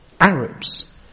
Arabs